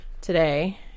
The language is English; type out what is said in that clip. today